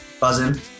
Buzzing